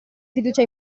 fiducia